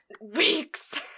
Weeks